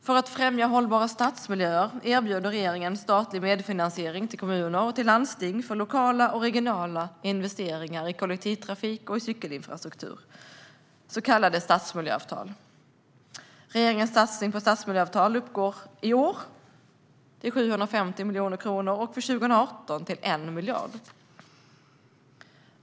För att främja hållbara stadsmiljöer erbjuder regeringen statlig medfinansiering till kommuner och landsting för lokala och regionala investeringar i kollektivtrafik och i cykelinfrastruktur, så kallade stadsmiljöavtal. Regeringens satsning på stadsmiljöavtal uppgår i år till 750 miljoner kronor och för 2018 till 1 miljard.